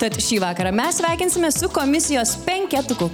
tad šį vakarą mes sveikinsimės su komisijos penketuku